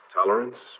tolerance